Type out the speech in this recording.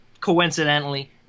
coincidentally